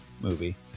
movie